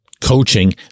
coaching